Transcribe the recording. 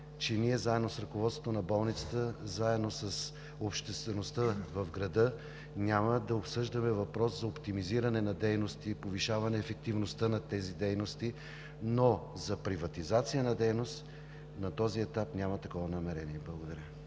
че ние заедно с ръководството на болницата, заедно с обществеността в града няма да обсъждаме въпрос за оптимизиране на дейности и повишаване ефективността на тези дейности, но за приватизация на дейност на този етап нямаме такова намерение. Благодаря.